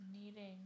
needing